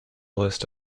list